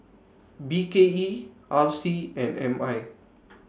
B K E R C and M I